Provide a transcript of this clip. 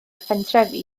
phentrefi